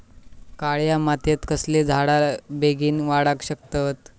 काळ्या मातयेत कसले झाडा बेगीन वाडाक शकतत?